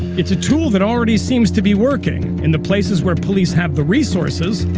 it's a tool that already seems to be working in the places where police have the resources,